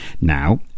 Now